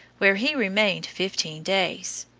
where he remained fifteen days.